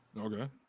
Okay